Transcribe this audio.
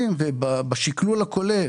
יש לנו שקף שמראה